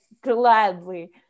gladly